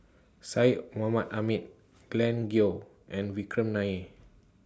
Syed Mohamed Ahmed Glen Goei and Vikram Nair